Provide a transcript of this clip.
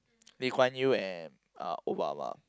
Lee Kuan Yew and uh Obama